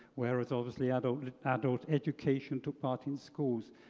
whereas obviously adult adult education took part in schools,